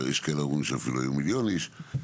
יש כאלה שאומרים שאפילו היו מיליון איש,